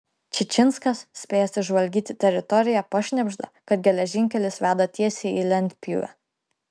čičinskas spėjęs išžvalgyti teritoriją pašnibžda kad geležinkelis veda tiesiai į lentpjūvę